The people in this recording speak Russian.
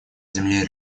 земле